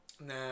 No